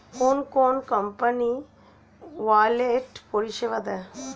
কোন কোন company wallet পরিষেবা দেয়?